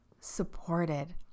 supported